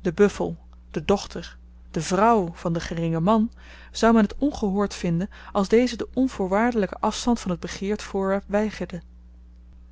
den buffel de dochter de vrouw van den geringen man zou men t ongehoord vinden als deze den onvoorwaardelyken afstand van het begeerd voorwerp weigerde